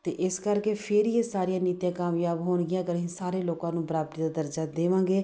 ਅਤੇ ਇਸ ਕਰਕੇ ਫਿਰ ਹੀ ਇਹ ਸਾਰੀਆਂ ਨੀਤੀਆਂ ਕਾਮਯਾਬ ਹੋਣਗੀਆਂ ਅਗਰ ਅਸੀਂ ਸਾਰੇ ਲੋਕਾਂ ਨੂੰ ਬਰਾਬਰੀ ਦਾ ਦਰਜਾ ਦੇਵਾਂਗੇ